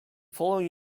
following